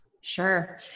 Sure